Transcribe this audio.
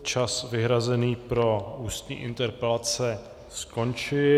Čas vyhrazený pro ústní interpelace skončil.